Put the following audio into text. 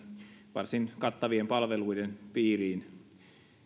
varsin kattavien palveluiden piiriin